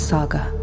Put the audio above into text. Saga